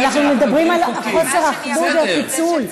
אנחנו מדברים על חוסר האחדות והפיצול,